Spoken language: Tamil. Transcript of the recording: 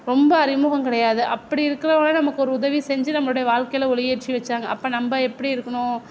ரொம்ப அறிமுகம் கிடையாது அப்படி இருக்கிறவுங்க நமக்கு ஒரு உதவி செஞ்சு நம்ம வாழ்க்கையில் ஒளி ஏற்றி வைச்சாங்க அப்போ நம்ம எப்படி இருக்கணும்